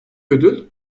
ödül